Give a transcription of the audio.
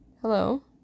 Hello